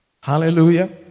Hallelujah